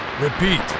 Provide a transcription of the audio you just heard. Repeat